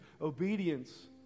obedience